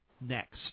next